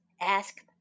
Asked